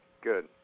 Good